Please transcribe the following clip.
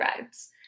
rides